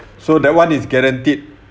so that one is guaranteed